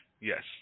Yes